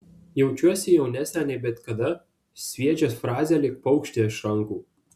jaučiuosi jaunesnė nei bet kada sviedžia frazę lyg paukštį iš rankų